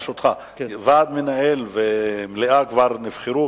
ברשותך: ועד מנהל ומליאה כבר נבחרו?